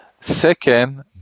Second